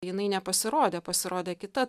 jinai nepasirodė pasirodė kita